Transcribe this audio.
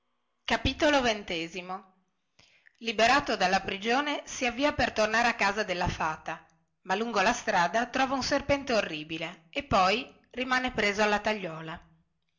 scappare liberato dalla prigione si avvia per tornare a casa della fata ma lungo la strada trova un serpente orribile e poi rimane preso alla tagliuola